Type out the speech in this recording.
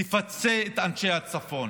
תפצה את אנשי הצפון.